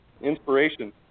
inspiration